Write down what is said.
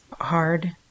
hard